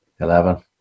eleven